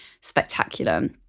spectacular